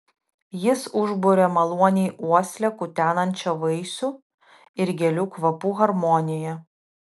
jis užburia maloniai uoslę kutenančią vaisių ir gėlių kvapų harmonija